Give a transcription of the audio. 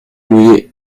mouillé